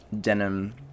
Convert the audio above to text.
denim